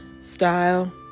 style